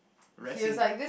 rest in